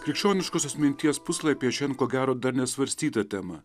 krikščioniškosios minties puslapyje šian ko gero dar nesvarstyta tema